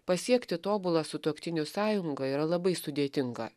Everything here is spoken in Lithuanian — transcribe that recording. pasiekti tobulą sutuoktinių sąjungą yra labai sudėtinga